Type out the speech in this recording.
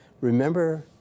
Remember